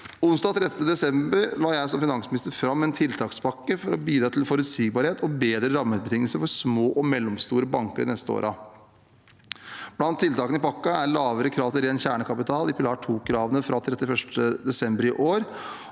Onsdag 13. desember la jeg som finansminister fram en tiltakspakke for å bidra til forutsigbarhet og bedre rammebetingelser for små og mellomstore banker de neste årene. Blant tiltakene i pakken er lavere krav til ren kjernekapital i pilar 2-kravene fra 31. desember i år,